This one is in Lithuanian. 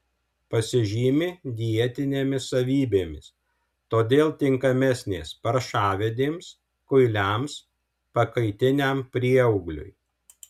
pasižymi dietinėmis savybėmis todėl tinkamesnės paršavedėms kuiliams pakaitiniam prieaugliui